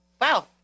Wow